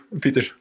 Peter